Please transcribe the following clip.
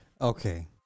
Okay